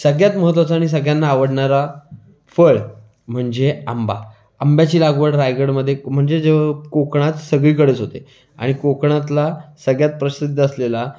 सगळ्यात महत्त्वाचं आणि सगळ्यांना आवडणारा फळ म्हणजे आंबा आंब्याची लागवड रायगडमध्ये म्हणजे कोकणात सगळीकडेच होते आणि कोकणातला सगळ्यात प्रसिद्ध असलेला